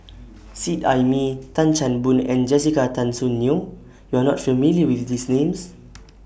Seet Ai Mee Tan Chan Boon and Jessica Tan Soon Neo YOU Are not familiar with These Names